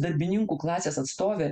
darbininkų klasės atstovė